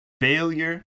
Failure